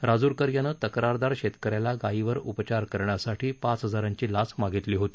राजूरकर यानं तक्रारदार शेतकऱ्याला गायीवर उपचार करण्यासाठी पाच हजारांची लाच मागितली होती